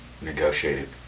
negotiated